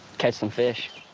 catch some fish.